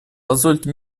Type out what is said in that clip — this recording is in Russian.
позвольте